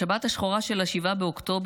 בשבת השחורה של 7 באוקטובר,